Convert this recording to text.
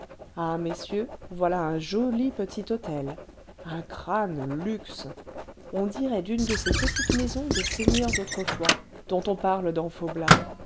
ah messieurs voilà un joli petit hôtel un crâne luxe on dirait d'une de ces petites maisons des seigneurs d'autrefois dont on parle